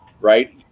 right